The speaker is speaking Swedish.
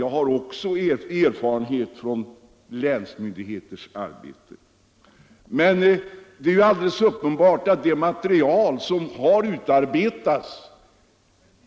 Jag har inte samma uppfattning som herr Svensson, jag har också erfarenhet från länsmyndigheters arbete.